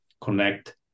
connect